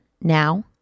Now